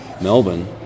Melbourne